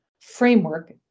framework